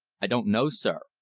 i don't know, sir.